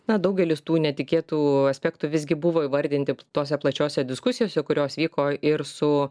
na daugelis tų netikėtų aspektų visgi buvo įvardinti tose plačiose diskusijose kurios vyko ir su